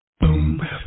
boom